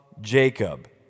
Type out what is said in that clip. Jacob